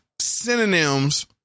synonyms